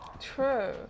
True